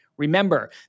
Remember